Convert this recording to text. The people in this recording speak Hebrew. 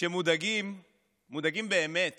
שמודאגים באמת